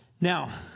Now